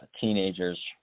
teenagers